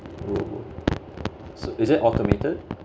is it automated